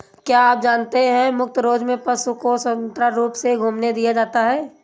क्या आप जानते है मुफ्त रेंज में पशु को स्वतंत्र रूप से घूमने दिया जाता है?